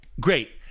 Great